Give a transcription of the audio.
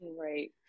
right